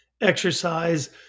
exercise